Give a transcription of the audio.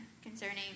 Concerning